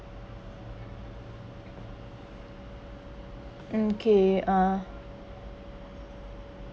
okay uh